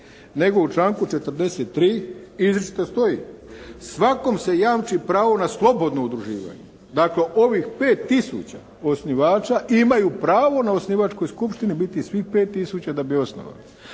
nego u članku 43. izričito stoji: "svakom se jamči pravo na slobodno udruživanje". Dakle ovih 5 tisuća osnivača imaju pravo na osnivačkoj skupštini biti svih 5 tisuća da bi je osnovali.